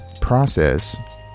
process